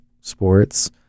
sports